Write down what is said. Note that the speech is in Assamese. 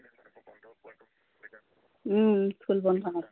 স্কুল বন্ধ